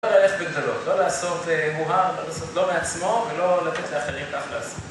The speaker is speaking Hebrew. לא ללכת בגדולות, לא לעשות מוהר, לא לעשות לא מעצמו, ולא לתת לאחרים כך לעשות.